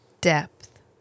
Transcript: depth